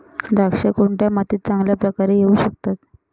द्राक्षे कोणत्या मातीत चांगल्या प्रकारे येऊ शकतात?